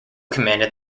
commanded